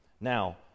Now